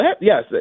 yes